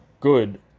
good